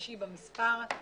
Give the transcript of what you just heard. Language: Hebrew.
חמישי במספר.